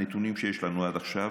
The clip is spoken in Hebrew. מהנתונים שיש לנו עד עכשיו,